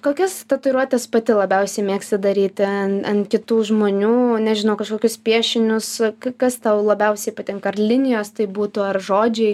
kokias tatuiruotes pati labiausiai mėgsti daryti ant kitų žmonių nežinau kažkokius piešinius kas tau labiausiai patinka ar linijos tai būtų ar žodžiai